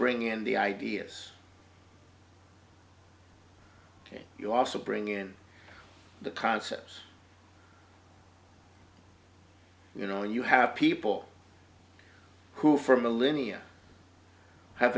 bring in the ideas ok you also bring in the concepts you know and you have people who for millennia ha